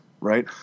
right